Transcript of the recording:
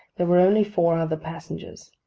there were only four other passengers.